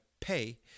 Pay